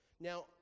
Now